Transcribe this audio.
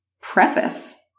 preface